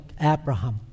Abraham